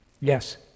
Yes